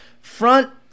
front